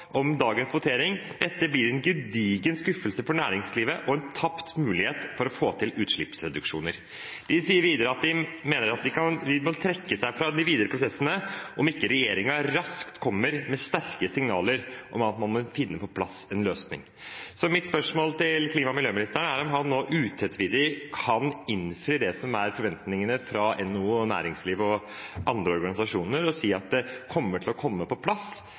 om dagens votering: «Dette blir i tilfelle en gedigen skuffelse for næringslivet, og en tapt mulighet for å få til utslippsreduksjoner.» De sier videre at de mener man må trekke seg fra videre prosesser om ikke regjeringen «raskt kommer med sterke signaler» om at man vil få på plass en løsning. Mitt spørsmål til klima- og miljøministeren er om han nå utvetydig kan innfri forventningene fra NHO, næringslivet og andre organisasjoner og si at det kommer til å komme på plass